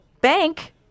bank